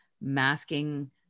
masking